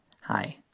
hi